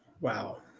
Wow